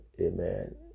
Amen